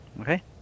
Okay